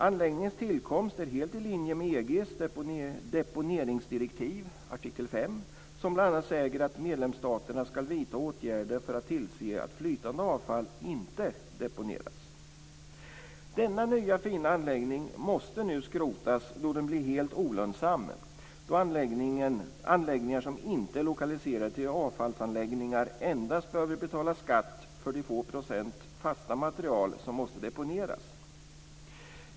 Anläggningens tillkomst är helt i linje med EG:s deponeringsdirektiv, artikel 5, som bl.a. säger att medlemsstaterna ska vidta åtgärder för att tillse att flytande avfall inte deponeras. Denna nya fina anläggning måste nu skrotas då den blir helt olönsam, då anläggningar som inte är lokaliserade till avfallsanläggningar endast behöver betala skatt för de få procent fasta material som måste deponeras.